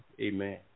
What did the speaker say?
Amen